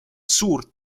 suurt